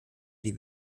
die